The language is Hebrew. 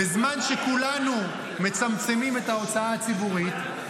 בזמן שכולנו מצמצמים את ההוצאה הציבורית,